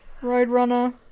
Roadrunner